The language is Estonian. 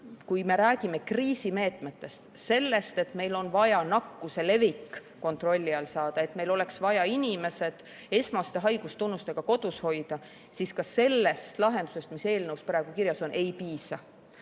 kui me räägime kriisimeetmetest, sellest, et meil on vaja nakkuse levik kontrolli alla saada, et meil oleks vaja inimesed esmaste haigustunnustega kodus hoida, siis ka sellest lahendusest, mis eelnõus praegu kirjas on, ei piisa.